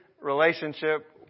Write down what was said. relationship